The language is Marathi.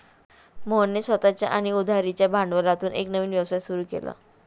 मोहनने स्वतःच्या आणि उधारीच्या भांडवलातून एक नवीन व्यवसाय सुरू केला